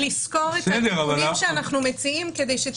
לסקור את התיקונים שאנחנו מציעים כדי שתהיה תמונה כללית.